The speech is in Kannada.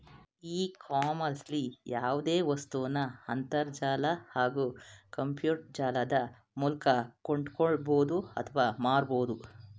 ಇ ಕಾಮರ್ಸ್ಲಿ ಯಾವ್ದೆ ವಸ್ತುನ ಅಂತರ್ಜಾಲ ಹಾಗೂ ಕಂಪ್ಯೂಟರ್ಜಾಲದ ಮೂಲ್ಕ ಕೊಂಡ್ಕೊಳ್ಬೋದು ಅತ್ವ ಮಾರ್ಬೋದು